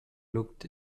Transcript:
looked